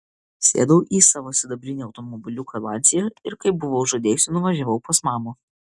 sėdau į savo sidabrinį automobiliuką lancia ir kaip buvau žadėjusi nuvažiavau pas mamą